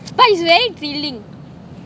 but it's very feeling